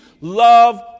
love